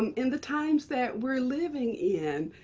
um in the times that we're living in,